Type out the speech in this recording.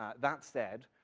ah that said,